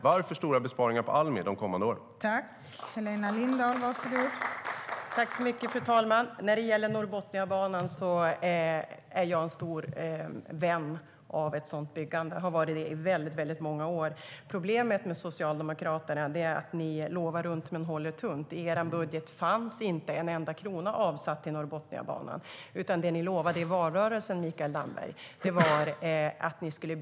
Varför stora besparingar på Almi de kommande åren?